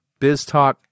BizTalk